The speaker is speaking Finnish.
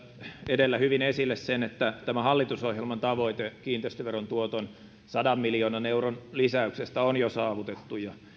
edellä hyvin esille sen että tämä hallitusohjelman tavoite kiinteistöveron tuoton sadan miljoonan euron lisäyksestä on jo saavutettu ja